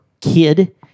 kid